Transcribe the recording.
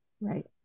Right